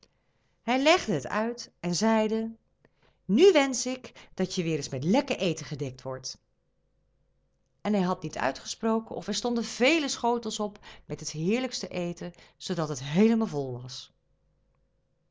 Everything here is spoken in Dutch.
hij legde het uit en zeide nu wensch ik dat je weêr met lekker eten gedekt wordt en hij had niet uitgesproken of er stonden vele schotels op met het heerlijkste eten zoodat het heelemaal vol was